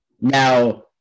Now